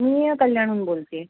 मी कल्याणून बोलते